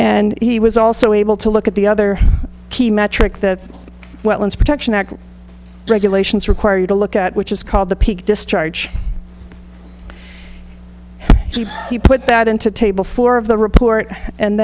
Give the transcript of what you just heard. and he was also able to look at the other key metric that protection act regulations require you to look at which is called the peak discharge so he put that into table four of the report and